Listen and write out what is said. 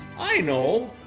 i know.